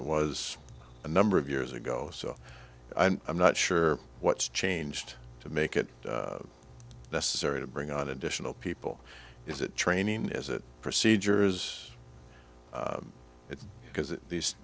it was a number of years ago so i'm not sure what's changed to make it necessary to bring on additional people is it training is it procedures it because these